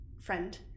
friend